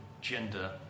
gender